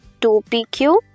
2PQ